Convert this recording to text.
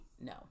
no